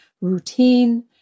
routine